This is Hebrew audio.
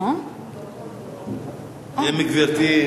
אם גברתי,